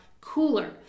cooler